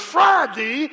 Friday